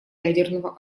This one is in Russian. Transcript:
ядерного